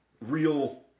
real